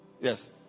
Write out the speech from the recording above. Yes